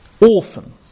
orphan